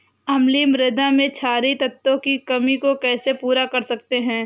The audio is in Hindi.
अम्लीय मृदा में क्षारीए तत्वों की कमी को कैसे पूरा कर सकते हैं?